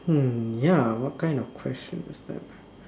hmm ya what kind of question is that